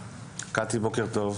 קטי, בוקר טוב.